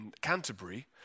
Canterbury